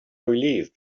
relieved